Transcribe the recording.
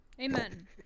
Amen